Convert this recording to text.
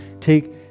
take